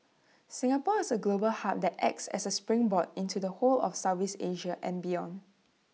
Singapore is A global hub that acts as A springboard into the whole of Southeast Asia and beyond